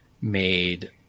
made